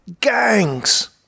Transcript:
gangs